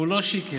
הוא לא שיקר.